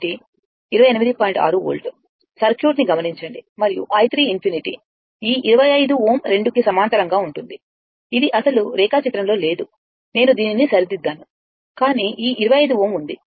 6 volt circuit ని గమనించండి మరియు i 3∞ఈ25 Ω 2 కి సమాంతరంగా ఉంటుంది ఇది అసలు రేఖాచిత్రంలో లేదు నేను దీనిని సరిద్దిద్దాను కానీ 25 Ω ఉంది